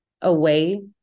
away